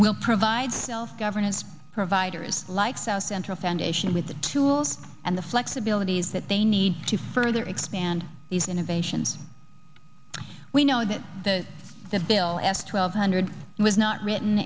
will provide self governance providers like south central foundation with the tools and the flexibilities that they need to further expand these innovations we know that the the bill at twelve hundred was not written